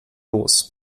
los